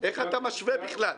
איך אתה משווה בכלל?